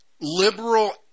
liberal